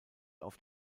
auf